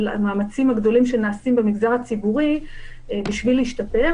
המאמצים הגדולים שנעשים במגזר הציבורי בשביל להשתפר.